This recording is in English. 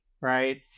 right